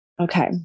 okay